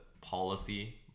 policy